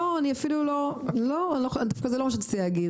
לא, דווקא זה לא מה שרציתי להגיד.